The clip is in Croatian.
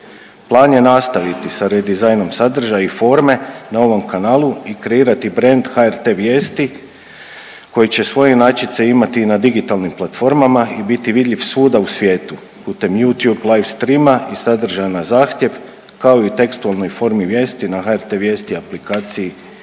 Plan je nastaviti sa redizajnom sadržaja i forme na ovom kanalu i kreirati brend HRT vijesti koji će svoje inačice imati i na digitalnim platformama i biti vidljiv svuda u svijetu putem Youtube live stream-a i sadržaja na zahtjev kao i u tekstualnoj formi vijesti na hrt vijesti aplikaciji